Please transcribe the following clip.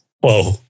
whoa